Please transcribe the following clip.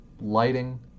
Lighting